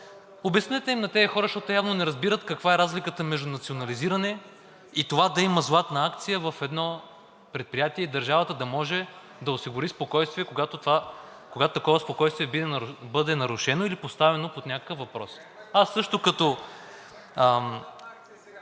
обяснете им на тези хора, защото те явно не разбират каква е разликата между национализиране и това да има златна акция в едно предприятие държавата, да може да осигури спокойствие, когато такова спокойствие бъде нарушено или поставено под някакъв въпрос. (Реплики от